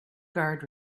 guard